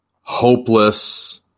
hopeless